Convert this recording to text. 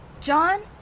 John